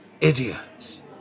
idiots